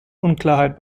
unklarheit